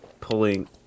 Pulling